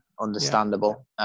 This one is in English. Understandable